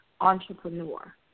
entrepreneur